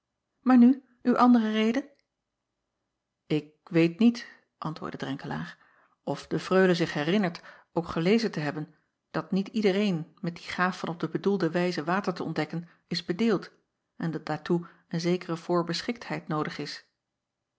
aar nu uw andere reden k weet niet antwoordde renkelaer of de reule zich herinnert ook gelezen te hebben dat niet iedereen met die gaaf van op de bedoelde wijze water te ontdekken is bedeeld en dat daartoe een zekere voorbeschiktheid noodig is